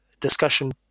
discussion